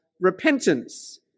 repentance